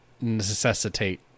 necessitate